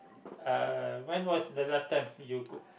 uh when was the last time you cook